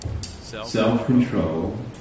self-control